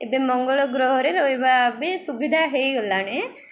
ଏବେ ମଙ୍ଗଳ ଗ୍ରହରେ ରହିବା ବି ସୁବିଧା ହେଇଗଲାଣି